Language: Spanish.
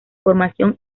formación